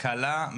קלה,